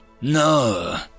No